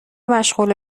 مشغول